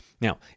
Now